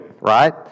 right